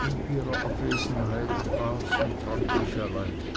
in ihrer abwesenheit aß und trank ich allein